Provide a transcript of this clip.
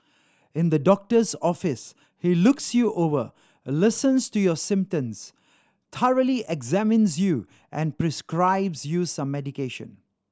in the doctor's office he looks you over listens to your symptoms thoroughly examines you and prescribes you some medication